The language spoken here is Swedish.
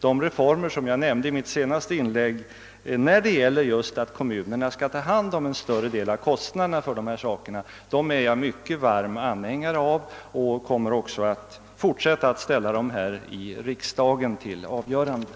De reformer som jag nämnde i mitt senaste inlägg, där staten borde ta hand om en större del av kostnaderna för viss verksamhet, är jag mycket varm anhängare av och jag kommer att fortsätta att ställa krav i den riktningen här i riksdagen.